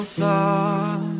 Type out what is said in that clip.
thought